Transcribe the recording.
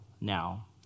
now